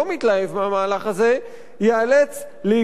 ייאלץ להיגרר לתוך התבערה הזאת.